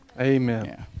Amen